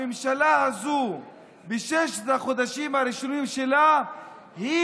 הממשלה הזו בששת החודשים הראשונים שלה היא